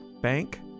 bank